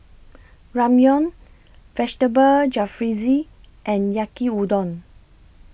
Ramyeon Vegetable Jalfrezi and Yaki Udon